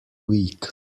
week